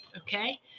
Okay